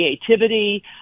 creativity